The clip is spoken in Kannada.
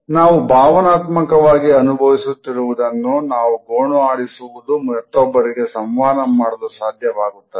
ನಾವು ಭಾವನಾತ್ಮಕವಾಗಿ ಅನುಭವಿಸುತ್ತಿರುವುದನ್ನು ನಾವು ಗೋಣು ಆಡಿಸುವುದು ಮತ್ತೊಬ್ಬರಿಗೆ ಸಂವಹನ ಮಾಡಲು ಸಾಧ್ಯವಾಗುತ್ತದೆ